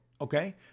okay